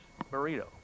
burrito